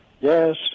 Yes